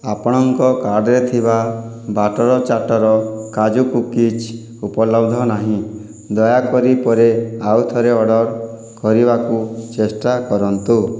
ଆପଣଙ୍କ କାର୍ଟ୍ରେ ଥିବା ବାଟ୍ଟର ଚାଟ୍ଟର କାଜୁ କୁକିଜ୍ ଉପଲବ୍ଧ ନାହିଁ ଦୟାକରି ପରେ ଆଉଥରେ ଅର୍ଡ଼ର୍ କରିବାକୁ ଚେଷ୍ଟା କରନ୍ତୁ